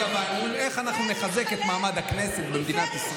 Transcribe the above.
אפילו את המינימום הזה הם